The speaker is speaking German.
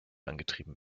angetrieben